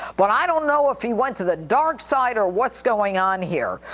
but i don't know if he went to the dark side or what's going on here.